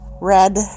red